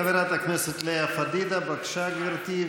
חברת הכנסת לאה פדידה, בבקשה, גברתי.